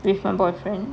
with my boyfriend